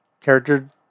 character